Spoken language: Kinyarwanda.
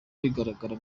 bigaragara